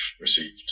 received